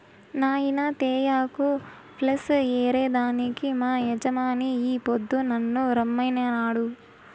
నాయినా తేయాకు ప్లస్ ఏరే దానికి మా యజమాని ఈ పొద్దు నన్ను రమ్మనినాడు